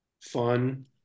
fun